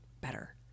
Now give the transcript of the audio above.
better